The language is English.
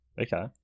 okay